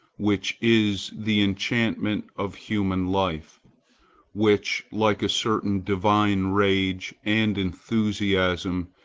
which is the enchantment of human life which, like a certain divine rage and enthusiasm,